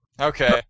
Okay